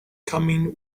coming